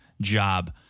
job